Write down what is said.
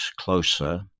closer